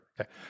Okay